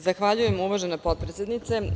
Zahvaljujem, uvažena potpredsednice.